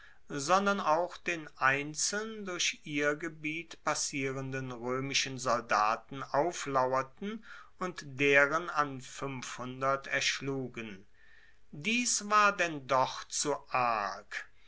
sondern auch den einzeln durch ihr gebiet passierenden roemischen soldaten auflauerten und deren an erschlugen dies war denn doch zu arg